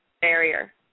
barrier